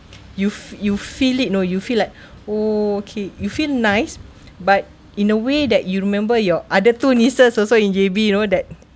you you feel it you know you feel like okay you feel nice but in a way that you remember your other two nieces also in J_B you know that